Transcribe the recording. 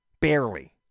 Barely